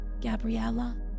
Gabriella